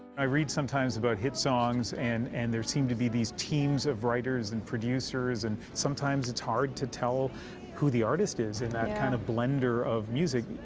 i read sometimes about hit songs and and there seem to be these teams of writers and producers and sometimes it's hard to tell who the artist is in that kind of blender of music.